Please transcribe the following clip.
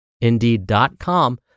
Indeed.com